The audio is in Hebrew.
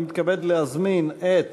אני מתכבד להזמין את